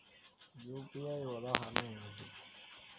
UPI ఉదాహరణ ఏమిటి?